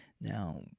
Now